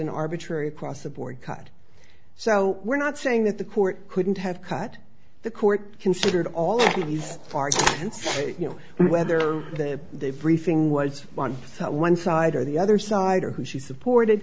an arbitrary across the board cut so we're not saying that the court couldn't have cut the court considered all of these parts you know whether the briefing was one that one side or the other side or who she supported